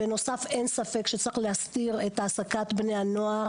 בנוסף, אין ספק שצריך להסדיר את העסקת בני הנוער.